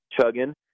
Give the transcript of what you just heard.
chugging